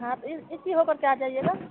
हाँ तो इस इसी होकर के आ जइएगा